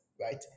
right